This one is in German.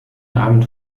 abend